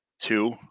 Two